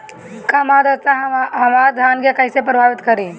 कम आद्रता हमार धान के कइसे प्रभावित करी?